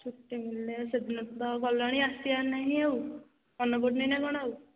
ଛୁଟି ମିଳିନି ସେଦିନରୁ ତ ଗଲଣି ଆସିବାର ନାହିଁ ଆଉ ମନେ ପଡ଼ୁନି ନା କ'ଣ ଆଉ